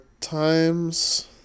times